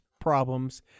problems